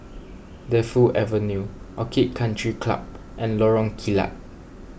Defu Avenue Orchid Country Club and Lorong Kilat